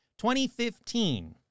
2015